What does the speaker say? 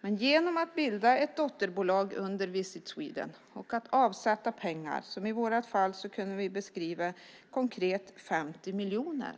Men genom att bilda ett dotterbolag under Visit Sweden och avsätta pengar har vi i vårt fall konkret 50 miljoner,